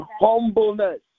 humbleness